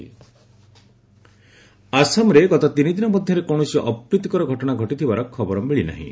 Assam situation ଆସାମରେ ଗତ ତିନିଦିନ ମଧ୍ୟରେ କୌଣସି ଅପ୍ରୀତିକର ଘଟଣା ଘଟିଥିବାର ଖବର ମିଳିନାହିଁ